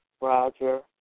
Roger